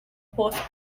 horse